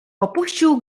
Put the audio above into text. opuścił